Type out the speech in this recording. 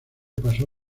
pasó